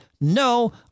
No